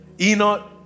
Enoch